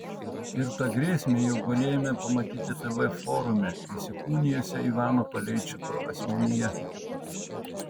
ir tą grėsmę jau galėjome pamatyti tv forume įsikūnijusią ivano paleičiko asmenyje